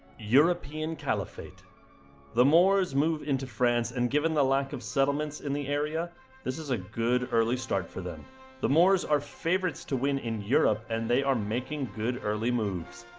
european caliphate the moors move into france and given the lack of settlements in the area this is a good early start for them the moors are favourites to win in europe and they are making good early moves